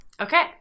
Okay